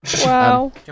Wow